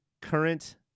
current